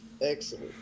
excellent